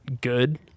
good